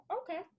Okay